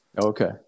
Okay